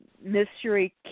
mystery